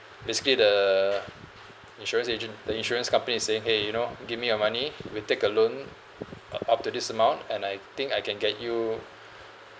basically the insurance agent the insurance company is saying !hey! you know give me your money we take a loan uh up to this amount and I think I can get you